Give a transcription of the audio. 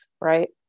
Right